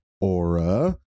Aura